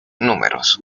números